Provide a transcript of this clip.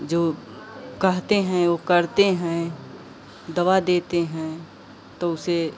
जो कहते हैं ऊ करते हैं दवा देते हैं तो उसे